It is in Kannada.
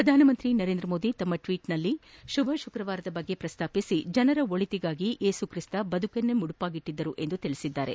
ಪ್ರಧಾನಮಂತ್ರಿ ನರೇಂದ್ರಮೋದಿ ತಮ್ಮ ಟ್ವೀಟ್ನಲ್ಲಿ ಶುಭ ಶುಕ್ರವಾರದ ಬಗ್ಗೆ ಪ್ರಸ್ತಾಪಿಸಿ ಜನರ ಒಳಿತಿಗಾಗಿ ಯೇಸುಕ್ರಿಸ್ತ ಬದುಕನ್ನೇ ಮುಡಿಪಾಗಿಟ್ಟರು ಎಂದು ತಿಳಿಸಿದ್ದಾರೆ